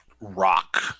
rock